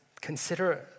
consider